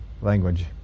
language